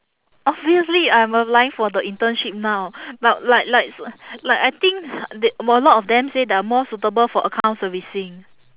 obviously I am applying for the internship now but like like s~ like I think th~ got a lot of them say they are more suitable for account servicing